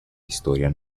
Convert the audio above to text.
historia